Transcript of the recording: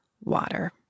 water